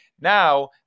now